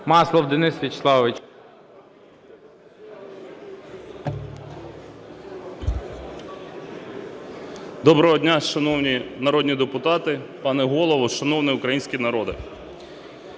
Доброго дня, шановні народні депутати, пане Голово, шановний український народе!